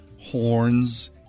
horns